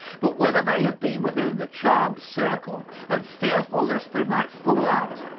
but whether they have been within the charmed circle and fearful lest they might fall out,